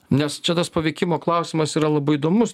nes čia tas paveikimo klausimas yra labai įdomus